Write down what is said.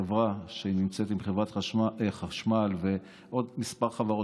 חברה שנמצאת עם חברת החשמל ועוד כמה חברות